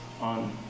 on